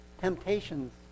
temptations